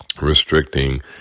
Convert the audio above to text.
restricting